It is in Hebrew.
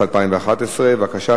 התשע"א 2011. בבקשה,